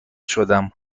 شدم